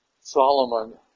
Solomon